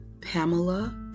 Pamela